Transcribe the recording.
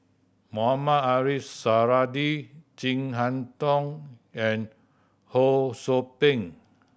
Mohamed Ariff Suradi Chin Harn Tong and Ho Sou Ping